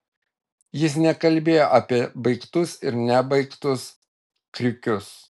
jis nekalbėjo apie baigtus ir nebaigtus kriukius